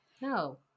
No